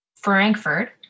Frankfurt